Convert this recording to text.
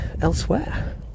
elsewhere